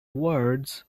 words